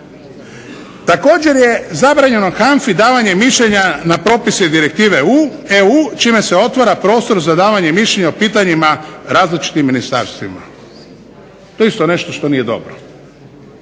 Također je zabranjeno HANFA-i davanje mišljenja na propise i direktive EU čime se otvara prostor za davanje mišljenja o pitanjima različitim ministarstvima. To je isto nešto što nije dobro.